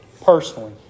personally